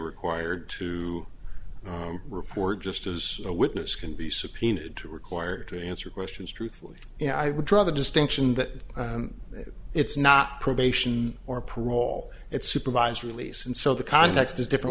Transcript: required to report just as a witness can be subpoenaed to require to answer questions truthfully you know i would draw the distinction that it's not probation or parole it's supervised release and so the context is different